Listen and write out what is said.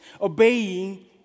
Obeying